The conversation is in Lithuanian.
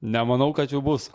nemanau kad jų bus